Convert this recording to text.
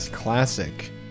classic